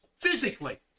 physically